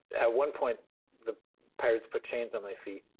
at one point the pirates put chains on my feet,